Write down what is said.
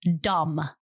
dumb